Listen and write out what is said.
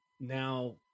now